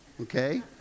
okay